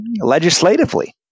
legislatively